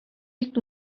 liegt